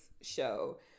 show